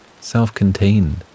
self-contained